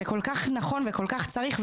זה כל כך נכון וכל כך צריך.